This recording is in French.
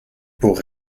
pour